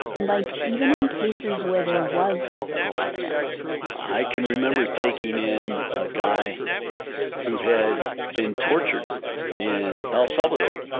like even in cases where there was physical evidence i can remember taking in a guy who had been tortured in el salvador,